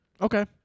Okay